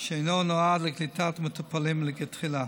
שאינו נועד לקליטת מטופלים מלכתחילה.